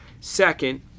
Second